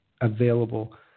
available